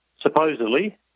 supposedly